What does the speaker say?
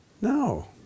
No